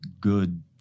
good